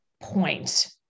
point